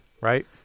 right